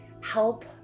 help